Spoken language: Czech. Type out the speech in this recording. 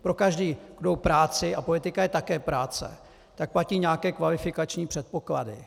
Pro každou práci a politika je také práce platí nějaké kvalifikační předpoklady.